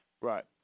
Right